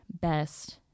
best